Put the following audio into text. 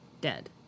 Dead